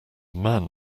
man